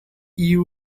you